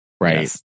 Right